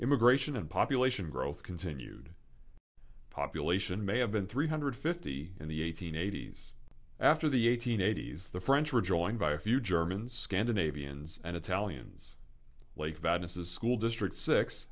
immigration of population growth continued population may have been three hundred fifty in the eighteen eighties after the eighteen eighties the french were joined by a few germans scandinavians and italians like that as a school district six